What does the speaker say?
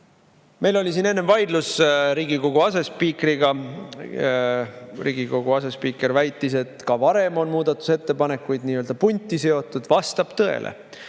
Meil oli enne vaidlus Riigikogu asespiikriga. Riigikogu asespiiker väitis, et ka varem on muudatusettepanekuid punti seotud. Vastab tõele.